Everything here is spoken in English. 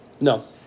No